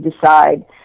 decide